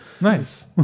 Nice